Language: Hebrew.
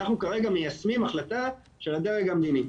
אנחנו כרגע מיישמים החלטה של הדרג המדיני.